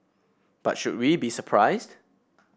but should we be surprised